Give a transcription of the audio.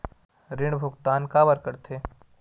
ऋण भुक्तान काबर कर थे?